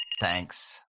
Thanks